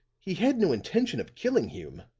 he had no intention of killing hume.